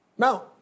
Now